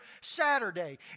Saturday